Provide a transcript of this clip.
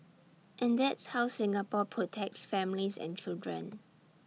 and that's how Singapore protects families and children